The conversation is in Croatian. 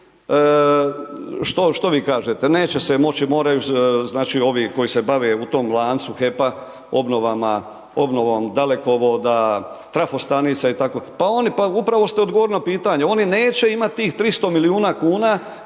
što vi kažete neće se moći, moraju znači ovi koji se bave u tom lancu HEP-a obnovama, obnovom dalekovoda, trafostanica itd., pa upravo ste odgovorili na potanje oni neće imati tih 300 milijuna kuna